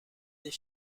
des